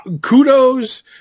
kudos